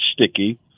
sticky